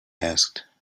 asked